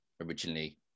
originally